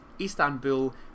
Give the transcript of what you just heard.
Istanbul